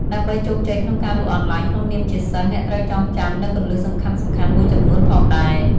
ដើម្បីជោគជ័យក្នុងការលក់អនឡាញក្នុងនាមជាសិស្ស អ្នកត្រូវចងចាំនូវគន្លឹះសំខាន់ៗមួយចំនួនផងដែរ។